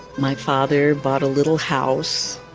my father bought a little house.